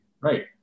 right